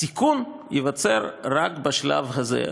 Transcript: הסיכון ייווצר רק בשלב הזה,